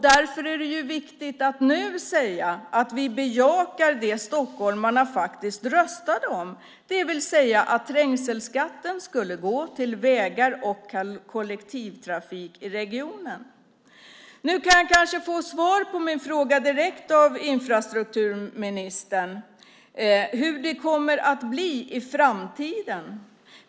Därför är det viktigt att nu säga att vi bejakar det stockholmarna faktiskt röstade om, det vill säga att trängselskatten ska gå till vägar och kollektivtrafik i regionen. Nu kanske jag kan få ett direkt svar på min fråga av infrastrukturministern, alltså hur det kommer att bli i framtiden.